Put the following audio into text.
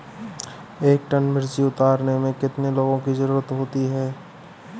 एक टन मिर्ची उतारने में कितने लोगों की ज़रुरत होती है?